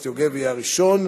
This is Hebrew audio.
מס' 58),